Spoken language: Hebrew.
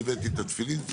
איזה עמוד אנחנו?